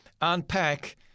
unpack